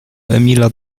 emila